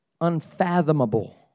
unfathomable